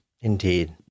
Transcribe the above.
Indeed